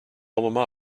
alma